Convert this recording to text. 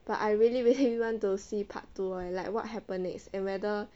but I really really want to see part two eh like what happened next and whether